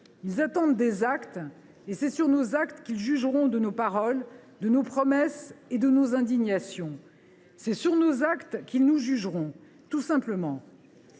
Ils attendent des actes, et c’est sur nos actes qu’ils jugeront de nos paroles, de nos promesses et de nos indignations. C’est sur nos actes qu’ils nous jugeront, tout simplement.